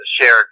shared